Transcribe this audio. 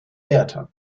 wärter